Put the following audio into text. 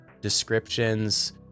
descriptions